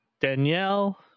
Danielle